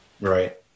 Right